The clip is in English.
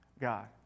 God